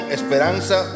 esperanza